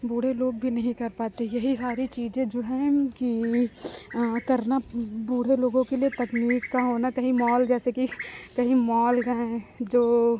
बूढ़े लोग भी नहीं कर पाते यही सारी चीज़ें जो हैं कि करना बूढ़े लोगों के लिए तकनीक का होना कहीं मॉल जैसे कि कहीं मॉल गए जो